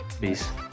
Peace